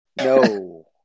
No